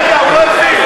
רגע, הוא לא הפעיל.